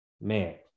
Man